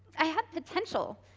i had potential,